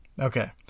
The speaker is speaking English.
Okay